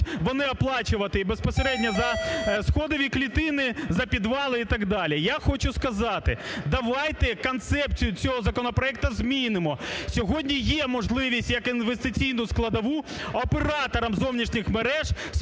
вони оплачувати і безпосередньо за сходові клітини, за підвали і так далі. Я хочу сказати, давайте концепцію цього законопроекту змінимо. Сьогодні є можливість як інвестиційну складову операторам зовнішніх мереж сплатити